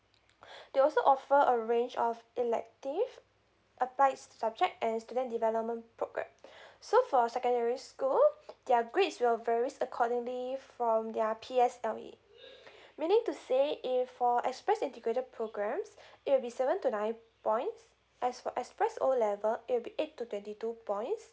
they also offer a range of elective applied subject and student development programme so for secondary school their grades will varies accordingly from their P_S_L_E meaning to say if for express integrated programmes it will be seven to nine points as for express O level it'll be eight to thirty two points